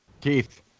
Keith